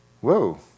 Whoa